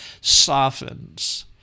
softens